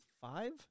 Five